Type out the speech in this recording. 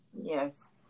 Yes